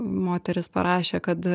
moteris parašė kad